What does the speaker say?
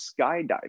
skydiving